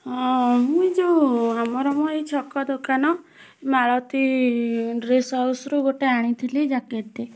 ହଁ ମୁଁ ଏଇ ଯେଉଁ ଆମର ଏଇ ଛକ ଦୋକାନ ମାଳତୀ ଡ୍ରେସ୍ ହାଉସ୍ରୁ ଗୋଟେ ଆଣିଥିଲି ଜ୍ୟାକେଟ୍ଟେ